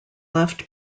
left